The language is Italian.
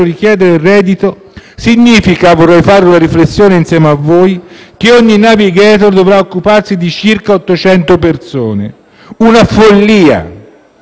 richiedere il reddito, significa - vorrei fare una riflessione insieme a voi - che ogni *navigator* dovrà occuparsi di circa 800 persone: una follia.